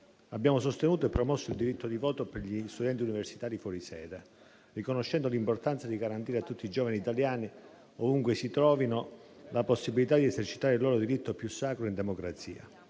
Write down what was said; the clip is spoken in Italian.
Abbiamo sostenuto e promosso il diritto di voto per gli studenti universitari fuori sede, riconoscendo l'importanza di garantire a tutti i giovani italiani, ovunque si trovino, la possibilità di esercitare il loro diritto più sacro in democrazia.